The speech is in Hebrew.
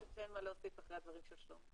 אני חושבת שאין מה להוסיף אחרי הדברים של שלמה.